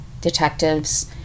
detectives